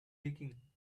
leaking